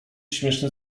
śmieszny